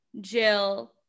Jill